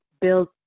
build